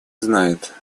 знает